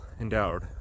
endowed